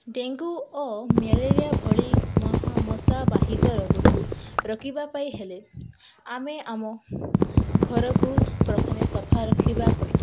dengue ଓ malaria ଭଳି ମହା ମଶାବାହିତ ରୋଗକୁ ରୋକିବା ପାଇଁ ହେଲେ ଆମେ ଆମ ଘରକୁ ପ୍ରଥମେ ସଫା ରଖିବା ପଡ଼ିବ